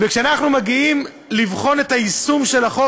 כשאנחנו מגיעים לבחון את היישום של החוק,